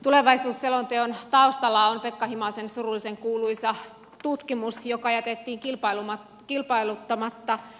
tulevaisuusselonteon taustalla on pekka himasen surullisenkuuluisa tutkimus joka jätettiin kilpailuttamatta